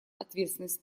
ответственность